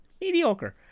mediocre